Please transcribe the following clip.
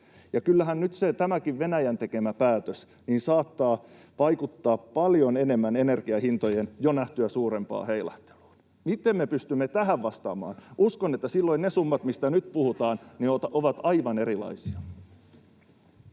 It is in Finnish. kyllähän nyt tämäkin Venäjän tekemä päätös saattaa vaikuttaa paljon enemmän, energian hintojen jo nähtyä suurempana heilahteluna. Miten me pystymme tähän vastaamaan? Uskon, että silloin summat ovat aivan erilaisia